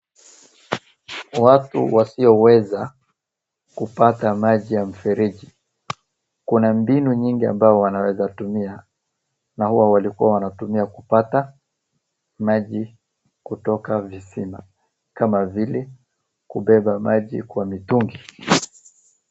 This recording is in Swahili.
Watu wasioweza kupata maji ya mfreji, kuna mbinu nyingi ambayo wanaweza tumia na huwa walikuwa wanatumia kupata maji kutoka visima, kama vile, kubeba maji kwa mitungi.